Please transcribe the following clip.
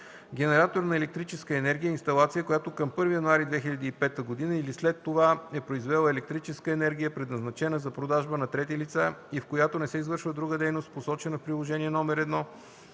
„Генератор на електрическа енергия” е инсталация, която към 1 януари 2005 г. или след това е произвела електрическа енергия, предназначена за продажба на трети лица, и в която не се извършва друга дейност, посочена в Приложение № 1,